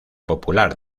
popular